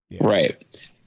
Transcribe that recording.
right